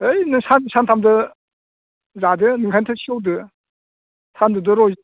हैद नों साननै सानथामदो जादो ओंखायनोथ' सेवदो फानोथर'